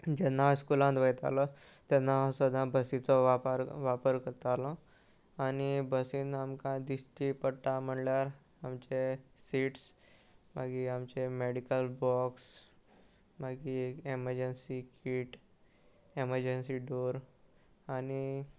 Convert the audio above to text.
जेन्ना हांव स्कुलांत वतालो तेन्ना हांव सदां बसीचो वापर वापर करतालो आनी बसीन आमकां दिश्टी पडटा म्हणल्यार आमचे सिट्स मागीर आमचे मॅडिकल बॉक्स मागीर एक एमजंसी कीट एमजन्सी डोर आनी